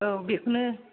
औ बेखौनो